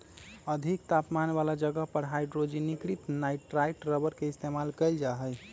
अधिक तापमान वाला जगह पर हाइड्रोजनीकृत नाइट्राइल रबर के इस्तेमाल कइल जा हई